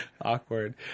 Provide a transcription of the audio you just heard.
Awkward